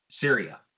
Syria